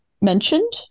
mentioned